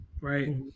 right